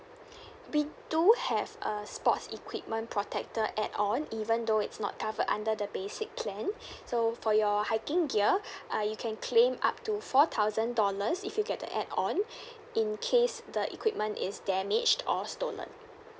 we do have a sports equipment protector add-on even though it's not covered under the basic plan so for your hiking gear uh you can claim up to four thousand dollars if you get the add-on in case the equipment is damaged or stolen